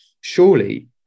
surely